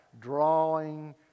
drawing